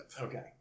Okay